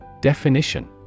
Definition